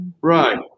right